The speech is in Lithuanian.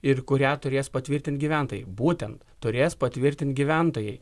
ir kurią turės patvirtint gyventojai būtent turės patvirtint gyventojai